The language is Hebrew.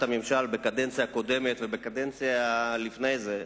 הממשל בקדנציה הקודמת ובקדנציה לפני זה,